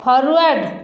forward